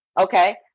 Okay